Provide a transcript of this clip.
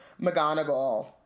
McGonagall